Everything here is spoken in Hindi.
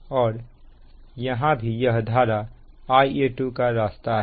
और यहां भी यह धारा Ia2 का रास्ता है